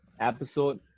episode